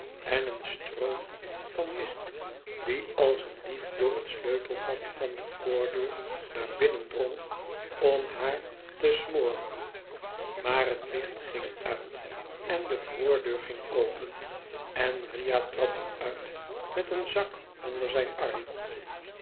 en een stroom van mist die als een dief door het sleutelgat van de voordeur naar binnen drong om haar te smoren maar het licht ging uit en de voordeur ging open en riah trad er uit met een zak onder zijn arm